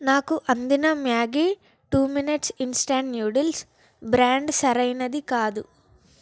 నాకు అందిన Maggi two minutes instant noodles brand సరైనది కాదు